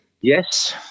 Yes